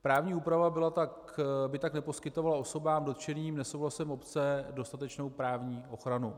Právní úprava by tak neposkytovala osobám dotčeným nesouhlasem obce dostatečnou právní ochranu.